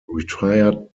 retired